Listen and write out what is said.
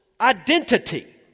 identity